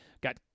got